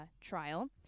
trial